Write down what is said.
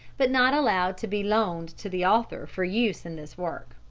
but not allowed to be loaned to the author for use in this work.